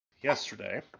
yesterday